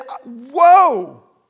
whoa